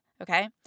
Okay